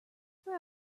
throw